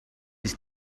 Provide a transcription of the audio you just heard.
his